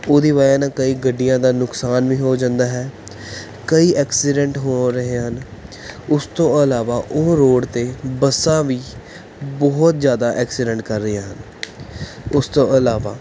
ਉਹਦੀ ਵਜ੍ਹਾ ਨਾਲ ਕਈ ਗੱਡੀਆਂ ਦਾ ਨੁਕਸਾਨ ਵੀ ਹੋ ਜਾਂਦਾ ਹੈ ਕਈ ਐਕਸੀਡੈਂਟ ਹੋ ਰਹੇ ਹਨ ਉਸ ਤੋਂ ਇਲਾਵਾ ਉਹ ਰੋਡ 'ਤੇ ਬੱਸਾਂ ਵੀ ਬਹੁਤ ਜ਼ਿਆਦਾ ਐਕਸੀਡੈਂਟ ਕਰ ਰਹੀਆਂ ਹਨ ਉਸ ਤੋੋਂ ਇਲਾਵਾ